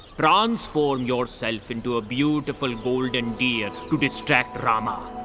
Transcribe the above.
transform yourself into a beautful golden deer to distract rama.